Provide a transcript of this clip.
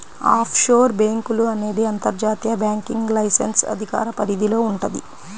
offshore బ్యేంకులు అనేది అంతర్జాతీయ బ్యాంకింగ్ లైసెన్స్ అధికార పరిధిలో వుంటది